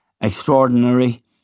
extraordinary